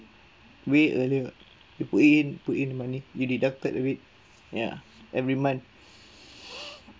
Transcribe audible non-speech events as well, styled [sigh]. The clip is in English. way earlier we put in put in money you deducted away ya every month [breath]